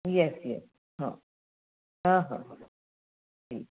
yes yes हो हो हो हो हो ठीक आहे